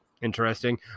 interesting